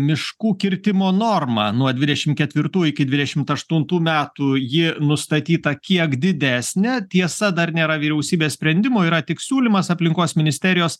miškų kirtimo normą nuo dvidešimt ketvirtų iki dvidešimt aštuntų metų ji nustatyta kiek didesnė tiesa dar nėra vyriausybės sprendimo yra tik siūlymas aplinkos ministerijos